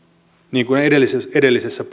niin kuin edellisessä edellisessä